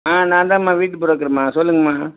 ஆ நான்தான்ம்மா வீட்டு ப்ரோக்கர்ம்மா சொல்லுங்கம்மா